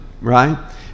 right